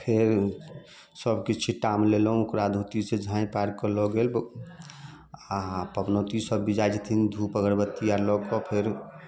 फेर सब कि छिट्टामे लेलहुँ ओकरा धोती से झाँपि आरके लऽ गेल आ पबनौती सब भी जाइत छथिन धूप अगरबत्ती आर लऽ के फेर